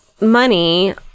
money